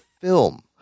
film